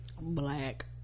Black